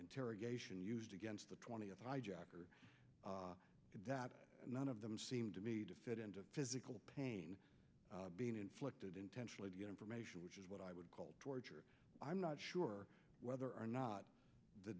interrogation used against the twentieth hijacker and none of them seem to me to fit into physical pain being inflicted intentionally to get information which is what i would call torture i'm not sure whether or not the